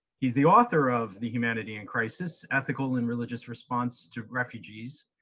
he's the author of the, humanity in crisis ethical and religious responses to refugees,